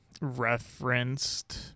Referenced